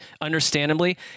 understandably